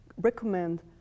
recommend